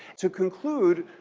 to conclude,